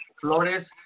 Flores